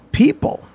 people